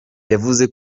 yavuze